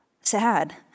sad